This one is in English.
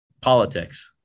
politics